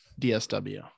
DSW